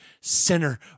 sinner